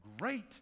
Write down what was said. great